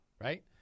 right